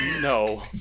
No